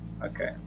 Okay